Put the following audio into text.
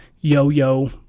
yo-yo